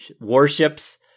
warships